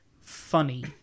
funny